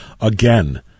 again